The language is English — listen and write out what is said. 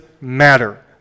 matter